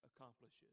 accomplishes